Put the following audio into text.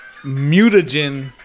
mutagen